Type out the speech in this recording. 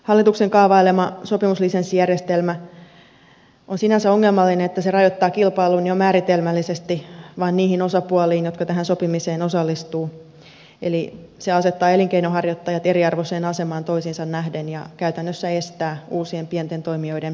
hallituksen kaavailema sopimuslisenssijärjestelmä on sinänsä ongelmallinen että se rajoittaa kilpailun jo määritelmällisesti vain niihin osapuoliin jotka tähän sopimiseen osallistuvat eli se asettaa elinkeinonharjoittajat eriarvoiseen asemaan toisiinsa nähden ja käytännössä estää uusien pienten toimijoiden pääsyn markkinoille